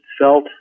felt